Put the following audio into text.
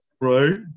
right